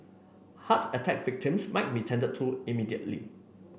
heart attack victims might be tended to immediately